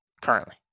Currently